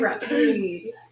please